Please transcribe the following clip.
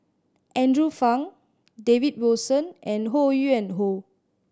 Andrew Phang David Wilson and Ho Yuen Hoe